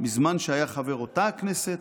בזמן שהיה חבר אותה הכנסת,